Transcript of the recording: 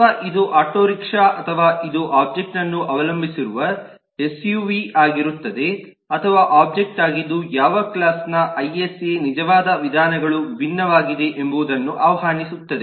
ಅಥವಾ ಇದು auto rickshaw ಅಥವಾ ಇದು ಒಬ್ಜೆಕ್ಟ್ ಅನ್ನು ಅವಲಂಬಿಸಿರುವ ಎಸ್ಯುವಿ ಆಗಿರುತ್ತದೆ ಅಥವಾ ಒಬ್ಜೆಕ್ಟ್ ಆಗಿದ್ದು ಯಾವ ಕ್ಲಾಸ್ ನ ಐಎಸ್ಎ ನಿಜವಾದ ವಿಧಾನಗಳು ವಿಭಿನ್ನವಾಗಿವೆ ಎಂಬುದನ್ನು ಆಹ್ವಾನಿಸುತ್ತದೆ